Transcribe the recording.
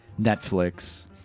Netflix